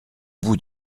bout